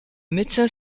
médecin